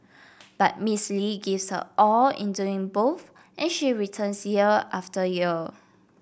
but Miss Lee gives her all in doing both and she returns year after year